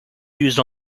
used